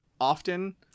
often